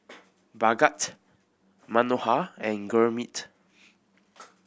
Bhagat Manohar and Gurmeet